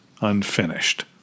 unfinished